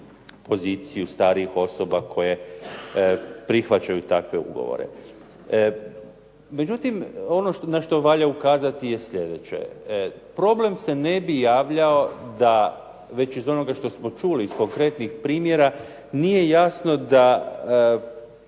poziciju starijih osoba koje prihvaćaju takve ugovore. Međutim, ono na što valja ukazati je sljedeće. Problem se ne bi javljao da već iz onoga što smo čuli, iz konkretnih primjera nije jasno da